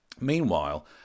meanwhile